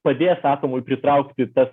padės atomui pritraukti tas